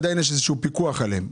עדיין יש איזשהו פיקוח עליהם.